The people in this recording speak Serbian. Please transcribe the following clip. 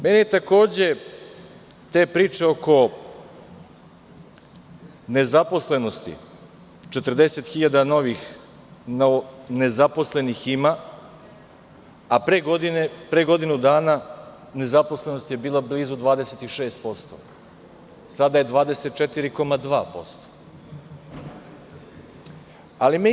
Mene takođe te priče oko nezaposlenosti, 40.000 novonezaposlenih ima, a pre godinu dana nezaposlenost je bila blizu 26%, sada je 24,2%